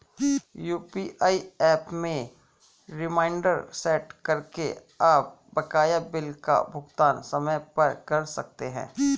UPI app में reminder set करके आप बकाया बिल का भुगतान समय पर कर सकते हैं